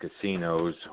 casinos